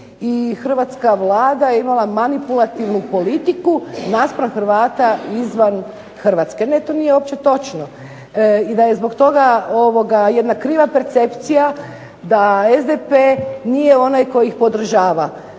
hrvatska Vlada je imala manipulativnu politiku naspram Hrvata izvan Hrvatske. Ne, to nije uopće točno i da je zbog toga jedna kriva percepcija da SDP nije onaj koji ih podržava.